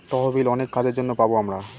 তহবিল অনেক কাজের জন্য পাবো আমরা